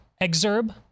exurb